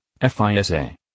FISA